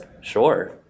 Sure